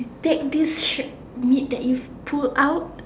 you take this shirt meat that you pull out